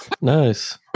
Nice